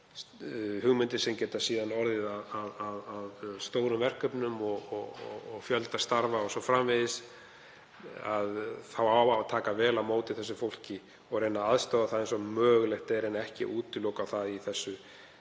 hugmyndum sem geta síðan orðið að stórum verkefnum, skapað fjölda starfa o.s.frv. Það á að taka vel á móti þessu fólki og reyna að aðstoða það eins og mögulegt er en ekki útiloka það í þessu